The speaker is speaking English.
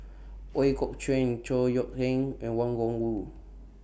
Ooi Kok Chuen Chor Yeok Eng and Wang Gungwu